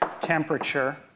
temperature